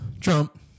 Trump